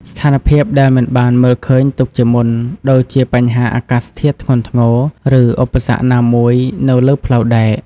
ស្ថានភាពដែលមិនបានមើលឃើញទុកជាមុន ដូចជាបញ្ហាអាកាសធាតុធ្ងន់ធ្ងរ ឬឧបសគ្គណាមួយនៅលើផ្លូវដែក។